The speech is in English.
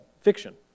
fiction